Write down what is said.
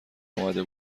آمده